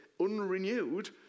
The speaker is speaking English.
unrenewed